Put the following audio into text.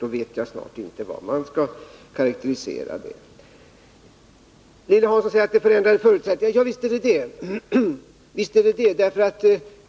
då ve snart inte hur man skall karakterisera det. Lilly Hansson säger att förutsättningarna har förändrats. Ja, visst har de det.